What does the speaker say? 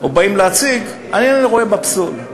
או באים להציג, אני אינני רואה בה פסול.